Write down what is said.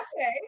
Okay